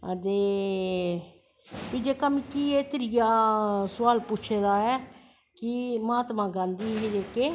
ते फ्ही मिगी एह् जेह्का त्रीआ सोआल पुच्छे दा ऐ कि महात्मां गांधी हे जेह्के